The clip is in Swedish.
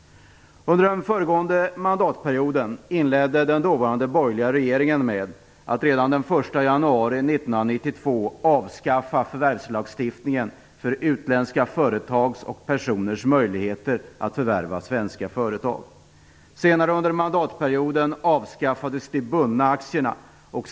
Under den föregående mandatperioden inledde den dåvarande borgerliga regeringen arbetet med att redan den 1 januari 1992 avskaffa förvärvslagstiftningen, som rör utländska företags och personers möjligheter att förvärva svenska företag. Senare under mandatperioden avskaffades de bundna aktierna.